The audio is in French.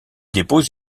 dépose